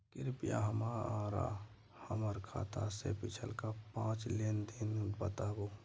कृपया हमरा हमर खाता से पिछला पांच लेन देन देखाबु